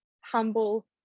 humble